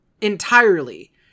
entirely